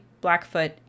Blackfoot